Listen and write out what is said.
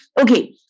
Okay